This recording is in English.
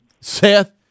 Seth